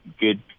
good